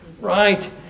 right